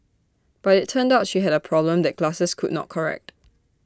but IT turned out she had A problem that glasses could not correct